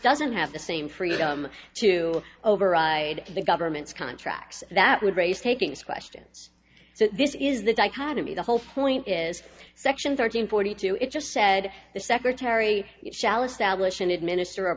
doesn't have the same freedom to override the government's contracts that would raise takings questions so this is the dichotomy the whole point is section thirteen forty two it just said the secretary shall establish in administer a